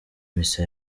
misa